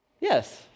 yes